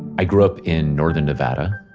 i grew up in northern nevada,